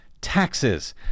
taxes